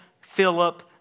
Philip